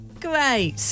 Great